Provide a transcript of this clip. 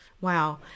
Wow